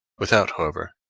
without, however,